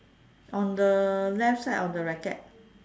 on the left side of the racket